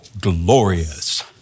glorious